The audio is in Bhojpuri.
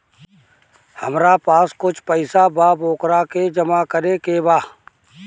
हमरा पास कुछ पईसा बा वोकरा के जमा करे के बा?